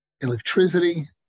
electricity